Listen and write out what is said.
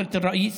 (אומר דברים